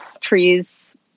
trees